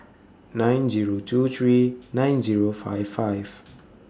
nine Zero two three nine Zero five five